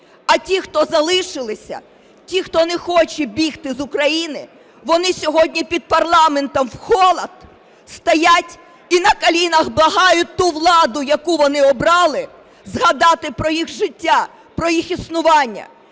А ті, хто залишилися, ті, хто не хоче бігти з України, вони сьогодні під парламентом в холод стоять і на колінах благають ту владу, яку вони обрали, згадати про їх життя, про їх існування,